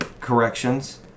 corrections